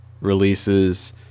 releases